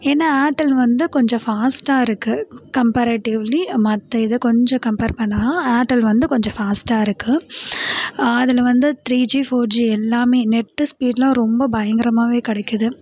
ஏன்னா ஏர்டெல் வந்து கொஞ்சம் ஃபாஸ்ட்டாக இருக்குது கம்பாரேட்டிவ்லி மற்ற இதை கொஞ்சம் கம்ப்பேர் பண்ணால் ஏர்டெல் வந்து கொஞ்சம் ஃபாஸ்ட்டாக இருக்குது அதில் வந்து த்ரீ ஜி ஃபோர் ஜி எல்லாமே நெட்டு ஸ்பீட்லாம் ரொம்ப பயங்கரமாகவே கிடைக்கிது